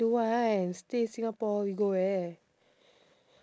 don't want stay in singapore we go where